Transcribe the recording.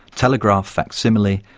telegraph facsimile,